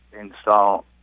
install